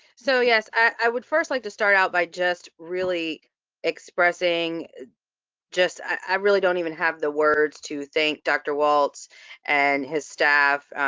so yes, i would first like to start out by just really expressing just, i really don't even have the words to thank dr. walts and his staff.